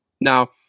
Now